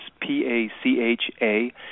P-A-C-H-A